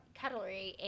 cutlery